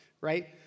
right